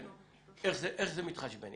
איך זה מתחשבן.